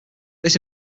this